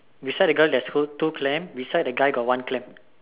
beside the girl theres two clam beside the guy there's one clam